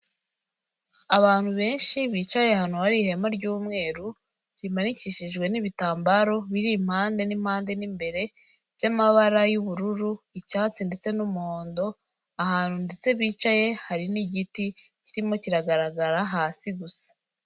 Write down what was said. Abantu benshi bicaye ahantu hari ihema ry'umweru, rimanikishijwe n'ibitambaro, biri impande n'impande n'imbere by'amabara y'ubururu, icyatsi ndetse n'umuhondo, ahantu ndetse bicaye hari n'igiti, kirimo kiragaragara hasi gusa.